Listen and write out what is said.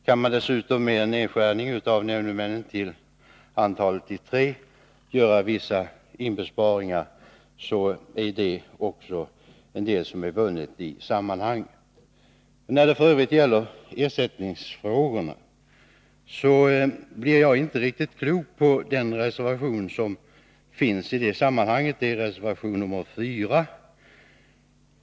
Kan man med en nedskärning av antalet nämndemän till tre göra vissa inbesparingar, så är också en del vunnet i sammanhanget. För övrigt vill jag när det gäller ersättningsfrågorna säga att jag inte blir riktigt klok på reservation 4.